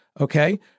okay